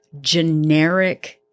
generic